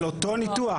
על אותו ניתוח.